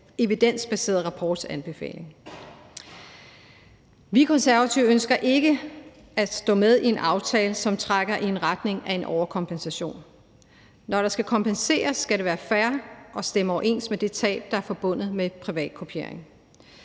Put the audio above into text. evidensbaserede rapports anbefaling. Vi i Konservative ønsker ikke at være med i en aftale, som trækker i en retning af en overkompensation. Når der skal kompenseres, skal det være fair og stemme overens med det tab, der er forbundet med privatkopiering.